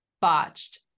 botched